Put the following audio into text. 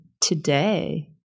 today